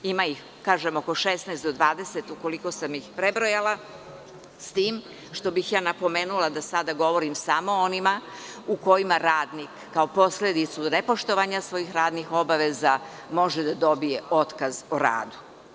Ima ih oko 16 do 20, ukoliko sam ih dobro prebrojala, s tim što bih ja napomenula da sada govorim samo o onima gde radnik kao posledicu nepoštovanja svojih radnih obaveza može da dobije otkaz o radu.